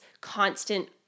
constant